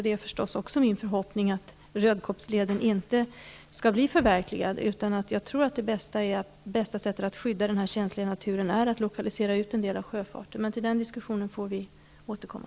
Det är min förhoppning att Rödkobbsleden inte skall bli förverkligad. Det bästa sättet att skydda denna känsliga natur är att lokalisera ut en del av sjöfarten. Vi får återkomma till den diskussionen.